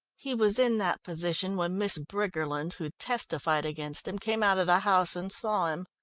he was in that position when miss briggerland, who testified against him, came out of the house and saw him.